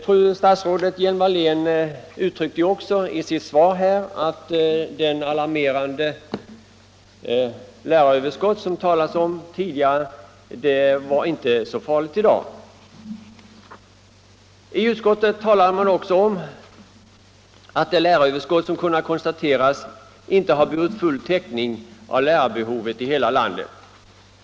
Fru statsrådet Hjelm-Wallén säger också i sitt svar att det alarmerande läraröverskott som det talats om tidigare inte är så farligt i dag. Utskottet påtalade också att det läraröverskott som kunnat konstateras inte har inneburit full täckning av lärarbehovet i hela landet.